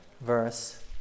verse